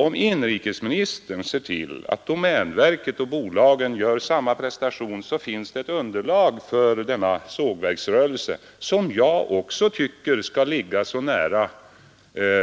Om inrikesministern ser till att domänverket och bolagen gör samma prestation så finns det ett underlag för denna sågverksrörelse, som också jag tycker skall ligga så nära